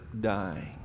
dying